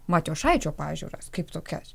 matijošaičio pažiūras kaip tokias